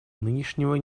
нынешнего